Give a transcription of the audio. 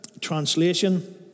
translation